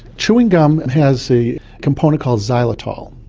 chewing gum and has a component called xylitol,